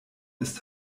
ist